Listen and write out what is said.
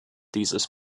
dieses